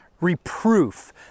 reproof